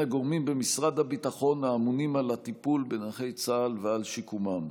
הגורמים במשרד הביטחון האמונים על הטיפול בנכי צה"ל ועל שיקומם.